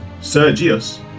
Sergius